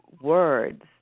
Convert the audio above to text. words